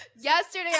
Yesterday